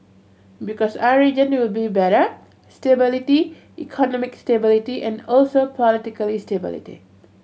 because our region will be better stability economic stability and also political stability